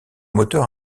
moteur